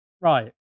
Right